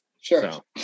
Sure